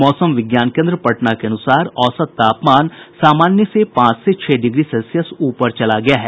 मौसम विज्ञान केन्द्र पटना के अनुसार औसत तापमान सामान्य से पांच से छह डिग्री सेल्सियस ऊपर चला गया है